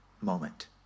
moment